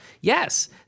yes